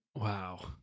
wow